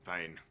Fine